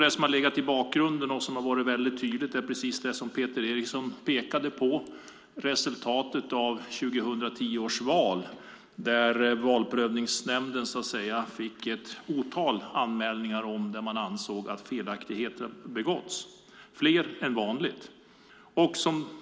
Det som har legat bakom och varit tydligt är, precis som Peter Eriksson pekade på, resultatet av 2010 års val, där Valprövningsnämnden fick ett antal anmälningar om att felaktigheter begåtts - fler än vanligt.